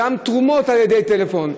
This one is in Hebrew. גם לגבי תרומות על-ידי טלפון,